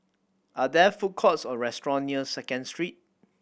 are there food courts or restaurant near Second Street